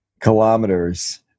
kilometers